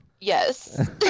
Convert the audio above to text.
Yes